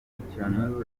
bakurikiranyweho